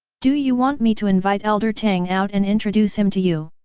do you want me to invite elder tang out and introduce him to you!